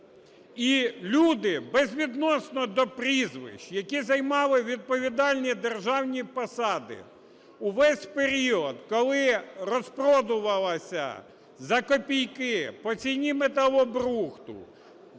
І люди, безвідносно до прізвищ, які займали відповідальні державні посади, у весь період, коли розпродувалася за копійки по ціні металобрухту